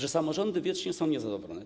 Że samorządy wiecznie są niezadowolone.